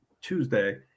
Tuesday